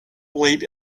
late